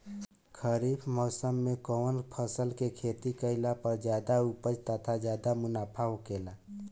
खरीफ़ मौसम में कउन फसल के खेती कइला पर ज्यादा उपज तथा ज्यादा मुनाफा होखेला?